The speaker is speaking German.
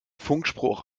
funkspruch